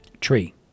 Tree